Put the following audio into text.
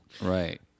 Right